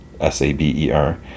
S-A-B-E-R